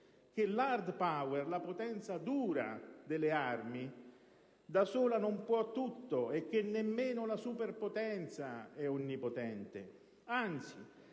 che l'*hard power*, cioè la potenza dura delle armi, da sola non può tutto e che neanche la superpotenza è onnipotente; anzi